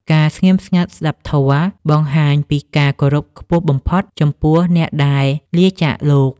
ការស្ងៀមស្ងាត់ស្ដាប់ធម៌ បង្ហាញពីការគោរពខ្ពស់បំផុតចំពោះអ្នកដែលលាចាកលោក។